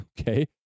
okay